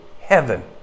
heaven